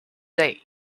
day